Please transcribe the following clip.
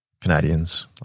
Canadians